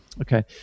Okay